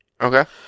okay